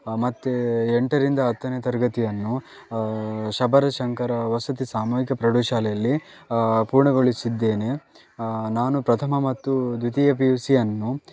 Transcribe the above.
ಮತ್ತು ಎಂಟರಿಂದ ಹತ್ತನೇ ತರಗತಿಯನ್ನು ಶಬರ ಶಂಕರ ವಸತಿ ಸಾಮೂಹಿಕ ಪ್ರೌಢ ಶಾಲೆಯಲ್ಲಿ ಪೂರ್ಣಗೊಳಿಸಿದ್ದೇನೆ ನಾನು ಪ್ರಥಮ ಮತ್ತು ದ್ವಿತೀಯ ಪಿ ಯು ಸಿಯನ್ನು